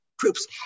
troops